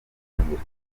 gutangira